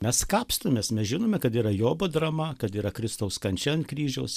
mes kapstomės mes žinome kad yra jobo drama kad yra kristaus kančia ant kryžiaus